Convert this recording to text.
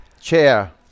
chair